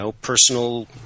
personal